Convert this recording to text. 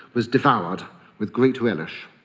was devoured with great relish,